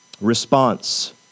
response